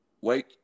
Wake